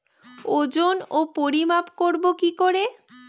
ওজন ও পরিমাপ করব কি করে?